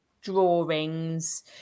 drawings